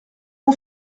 mon